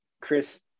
Chris